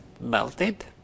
melted